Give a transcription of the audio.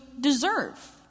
deserve